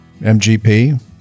mgp